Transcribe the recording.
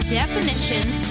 definitions